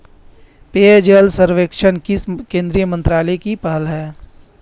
पेयजल सर्वेक्षण किस केंद्रीय मंत्रालय की पहल है?